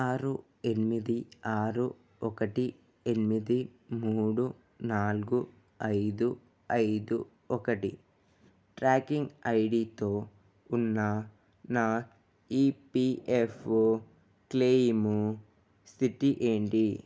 ఆరు ఎనిమిది ఆరు ఒకటి ఎనిమిది మూడు నాలుగు ఐదు ఐదు ఒకటి ట్రాకింగ్ ఐడితో ఉన్న నా ఈపిఎఫ్ఓ క్లెయిము స్థితి ఏంటి